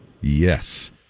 Yes